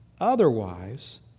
otherwise